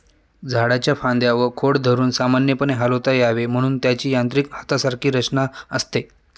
झाडाच्या फांद्या व खोड धरून सामान्यपणे हलवता यावे म्हणून त्याची यांत्रिक हातासारखी रचना असते